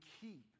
keep